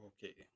Okay